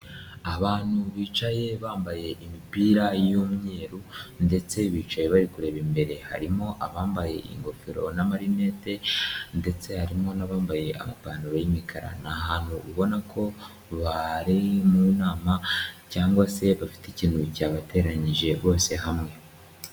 Abantu bicaye bambaye imipira y'umweru ndetse bicaye bari kureba imbere, harimo abambaye ingofero n'amarinete, ndetse harimo n'abambaye amapantaro y'imikara, ni ahantutu ubona ko bari mu nama cyangwa se bafite ikintu cyabateranyije bose hamwe.